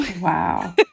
Wow